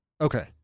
Okay